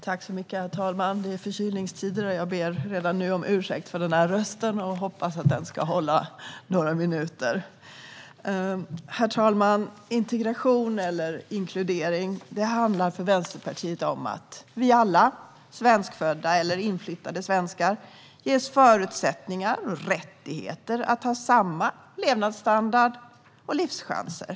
Herr talman! Det är förkylningstider. Jag ber redan nu om ursäkt för min röst. Jag hoppas att den ska hålla i några minuter. Herr talman! Integration eller inkludering handlar för Vänsterpartiet om att vi alla, svenskfödda eller inflyttade svenskar, ges förutsättningar och rättigheter att ha samma levnadsstandard och livschanser.